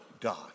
God